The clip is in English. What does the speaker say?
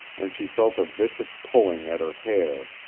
and she felt a vicious pulling at her hair,